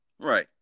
Right